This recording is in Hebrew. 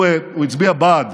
הוא הצביע בעד,